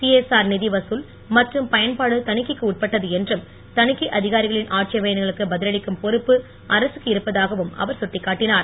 CSR நிதி வதுல் மற்றும் பயன்பாடு தணிக்கைக்கு உட்பட்டது என்றும் தணிக்கை அதிகாரிகளின் ஆட்சேபனைகளுக்கு பதிலளிக்கும் பொறுப்பு அரசுக்கு இருப்பதாகவும் அவர் சுட்டிக்காட்டினார்